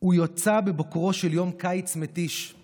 "הוא יצא בבוקרו של יום קיץ מתיש /